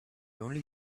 only